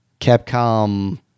Capcom